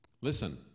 Listen